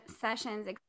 sessions